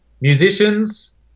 musicians